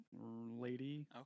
lady